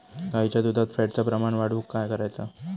गाईच्या दुधात फॅटचा प्रमाण वाढवुक काय करायचा?